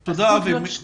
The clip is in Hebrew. תודה, אבי.